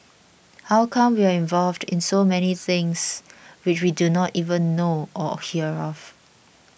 how come we are involved in so many things which we do not even know or hear of